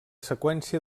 seqüència